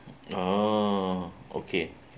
oh okay